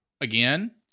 again